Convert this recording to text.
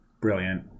brilliant